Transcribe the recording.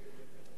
בלעם.